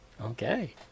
Okay